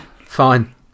Fine